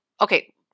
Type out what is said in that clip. Okay